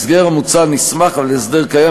ההסדר המוצע נסמך על הסדר קיים,